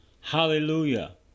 hallelujah